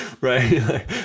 Right